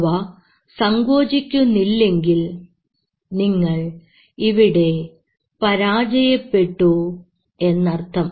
അവ സങ്കോചിക്കുന്നില്ലെങ്കിൽ നിങ്ങൾ ഇവിടെ പരാജയപ്പെട്ടു എന്നർത്ഥം